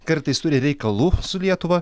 kartais turi reikalų su lietuva